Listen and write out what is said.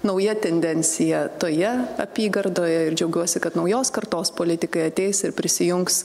nauja tendencija toje apygardoje ir džiaugiuosi kad naujos kartos politikai ateis ir prisijungs